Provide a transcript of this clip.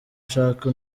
ushake